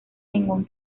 ningún